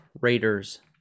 Raiders